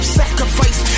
sacrifice